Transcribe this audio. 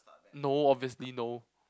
no obviously no